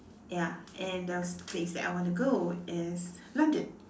ya and those place that I want to go is London